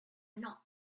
not